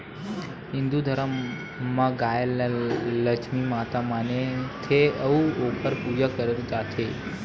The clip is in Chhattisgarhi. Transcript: हिंदू धरम म गाय ल लक्छमी माता मानथे अउ ओखर पूजा करे जाथे